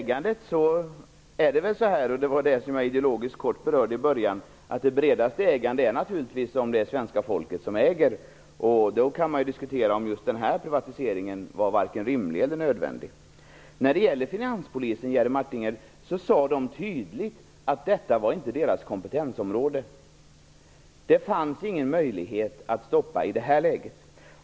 Herr talman! Det bredaste ägandet, vilket jag ideologiskt kortfattat berörde inledningsvis, innebär naturligtvis att svenska folket är ägare. Då kan man diskutera om just den här privatiseringen var rimlig eller nödvändig. Från finanspolisen sade man tydligt, Jerry Martinger, att detta inte var deras kompetensområde. Det fanns i det här läget ingen möjlighet att stoppa det som skedde.